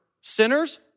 sinners